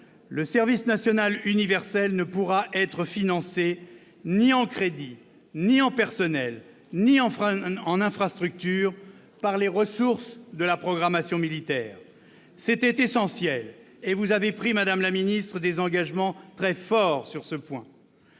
le service national universel ne pourra être financé ni en crédits, ni en personnels, ni en infrastructures par les ressources de la programmation militaire. C'était essentiel et vous avez pris des engagements très forts sur ce point.